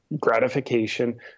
gratification